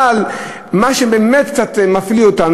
אבל מה שבאמת קצת מפליא אותנו,